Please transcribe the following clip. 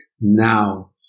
Now